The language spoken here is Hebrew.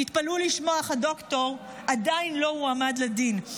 תתפלאו לשמוע, אך הדוקטור עדיין לא הועמד לדין.